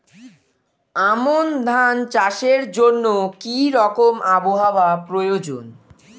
আমন ধান চাষের জন্য কি রকম আবহাওয়া প্রয়োজন?